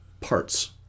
parts